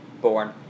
born